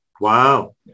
Wow